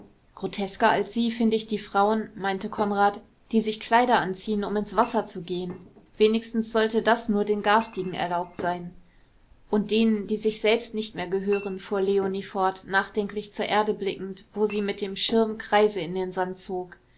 grotesker als sie find ich die frauen meinte konrad die sich kleider anziehen um ins wasser zu gehen wenigstens sollte das nur den garstigen erlaubt sein und denen die sich selbst nicht mehr gehören fuhr leonie fort nachdenklich zur erde blickend wo sie mit dem schirm kreise in den sand zog